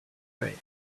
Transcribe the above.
pray